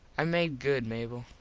i made good, mable.